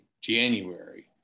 January